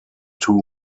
two